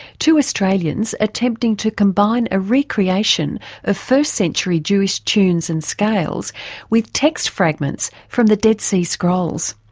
two australians attempting to combine a recreation of first century jewish tunes and scales with text fragments from the dead sea scrolls.